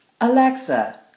Alexa